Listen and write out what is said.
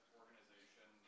organization